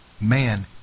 man